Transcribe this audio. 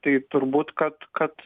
tai turbūt kad kad